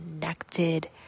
connected